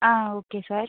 ah okay sir